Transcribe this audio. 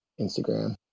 Instagram